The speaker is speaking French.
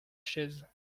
chaise